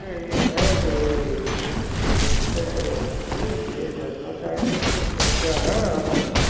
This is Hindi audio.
ये है की ये उस से जो ये जानना चाहते थे क्या क्या है आपके पास